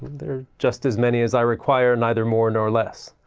there are just as many as i require, neither more nor less!